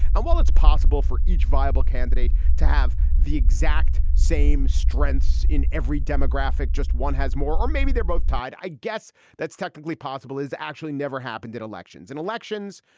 and well, it's possible for each viable candidate to have the exact same strengths in every demographic. just one has more. or maybe they're both tied. i guess that's technically possible. is actually never happened. did elections and elections?